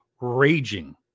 raging